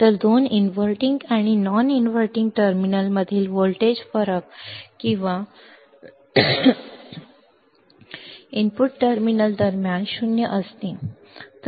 तर दोन इनव्हर्टींग आणि नॉन इनव्हर्टिंग टर्मिनलमधील व्होल्टेज फरक किंवा इनपुट टर्मिनल दरम्यान 0 असणे